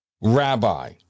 Rabbi